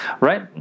right